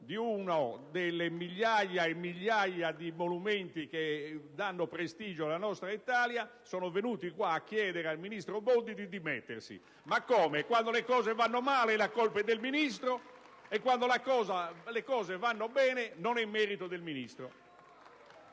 di uno delle migliaia e migliaia di monumenti che danno prestigio alla nostra Italia, sono venuti qua a chiedere al ministro Bondi di dimettersi: ma come, quando le cose vanno male la colpa è del Ministro e quando le cose vanno bene non è merito del Ministro?